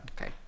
Okay